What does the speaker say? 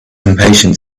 impatient